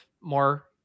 more